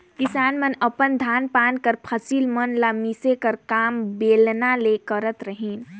किसान मन अपन धान पान कर फसिल मन ल मिसे कर काम बेलना ले करत रहिन